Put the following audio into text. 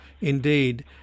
Indeed